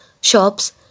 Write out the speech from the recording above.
shops